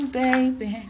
baby